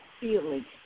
feeling